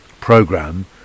program